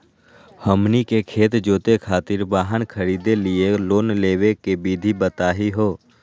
हमनी के खेत जोते खातीर वाहन खरीदे लिये लोन लेवे के विधि बताही हो?